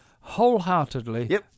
Wholeheartedly